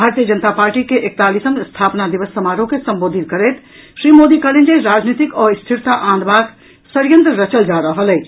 भारतीय जनता पार्टी के एकतालीसम स्थापना दिवस समारोह के संबोधित करैत श्री मोदी कहलनि जे राजनीतिक अस्थिरता आनवाक षडयंत्र रचल जा रहल अछि